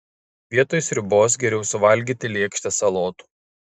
vietoj sriubos geriau suvalgyti lėkštę salotų